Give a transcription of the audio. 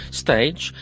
stage